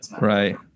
right